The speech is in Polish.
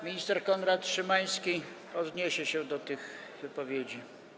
Minister Konrad Szymański odniesie się do tych wypowiedzi.